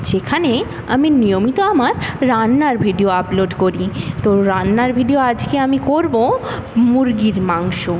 যেখানে আমি নিয়মিত আমার রান্নার ভিডিও আপলোড করি তো রান্নার ভিডিও আজকে আমি করব মুরগির মাংস